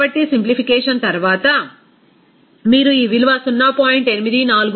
కాబట్టి సింప్లిఫికేషన్ తర్వాత మీరు ఈ విలువ 0